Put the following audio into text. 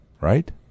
Right